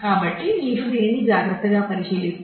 కాబట్టి మీరు దీనిని జాగ్రత్తగా పరిశీలిస్తే